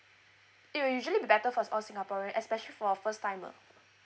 it will usually be better for us all singaporean especially for a first timer